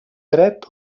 dret